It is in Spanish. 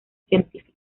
científica